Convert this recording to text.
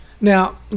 Now